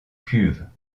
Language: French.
cuves